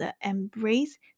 embrace